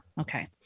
okay